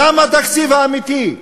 שם התקציב האמיתי,